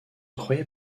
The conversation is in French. croyait